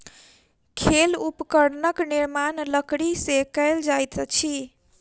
खेल उपकरणक निर्माण लकड़ी से कएल जाइत अछि